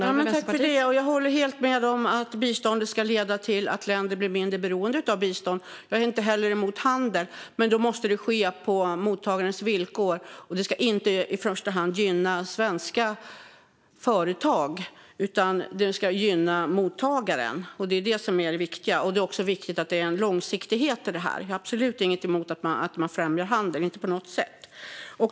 Fru talman! Jag håller helt med om att bistånd ska leda till att länder blir mindre beroende av bistånd. Jag är inte heller emot handel, men det måste ske på mottagarens villkor och ska inte i första hand gynna svenska företag. Det ska i stället gynna mottagaren. Det är det som är det viktiga. Det är också viktigt att det finns en långsiktighet i detta. Jag har absolut inget emot att man främjar handel - inte på något sätt.